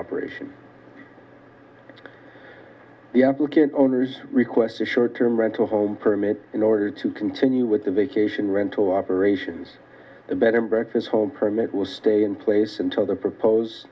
operation the applicant owners who request a short term rental home permit in order to continue with the vacation rental operations a bed and breakfast hall permit will stay in place until the propose